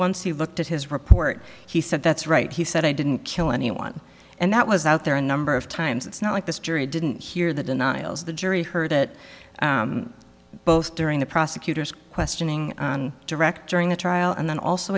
once he looked at his report he said that's right he said i didn't kill anyone and that was out there a number of times it's not like this jury didn't hear the denials the jury heard it both during the prosecutor's questioning direct during the trial and then also